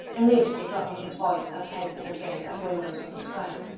immediately dropping his voice as heads had appeared at windows of the square.